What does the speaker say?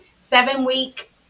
Seven-week